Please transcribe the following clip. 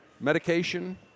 Medication